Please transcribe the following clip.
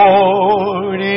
Lord